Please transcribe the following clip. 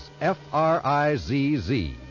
F-R-I-Z-Z